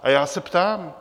A já se ptám!